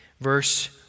Verse